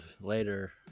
later